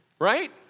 right